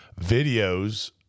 videos